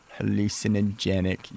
hallucinogenic